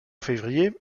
février